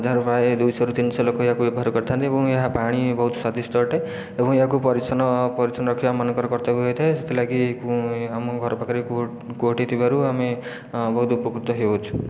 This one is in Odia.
ଯାହାର ପ୍ରାୟ ଦୁଇଶହରୁ ତିନିଶହ ଲୋକ ଏହାକୁ ବ୍ୟବହାର କରିଥାଆନ୍ତି ଏବଂ ଏହା ପାଣି ବହୁତ ସ୍ୱଦିଷ୍ଟ ଅଟେ ଏବଂ ଏହାକୁ ପରିଚ୍ଛନ୍ନ ପରିଚ୍ଛନ୍ନ ରଖିବା ଆମମାନଙ୍କର କର୍ତ୍ତବ୍ୟ ହୋଇଥାଏ ସେଥିଲାଗି ଆମ ଘର ପାଖରେ କୂଅ କୂଅଟି ଥିବାରୁ ଆମେ ବହୁତ ଉପକୃତ ହେଉଅଛୁ